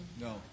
No